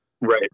Right